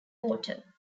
water